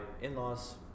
in-laws